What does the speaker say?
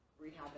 rehab